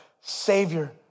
Savior